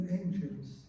angels